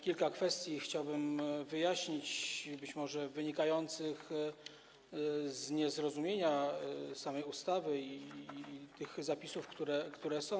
Kilka kwestii chciałbym wyjaśnić, być może wynikających z niezrozumienia samej ustawy i zapisów, które tam są.